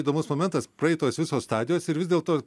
įdomus momentas praeitos visos stadijos ir vis dėlto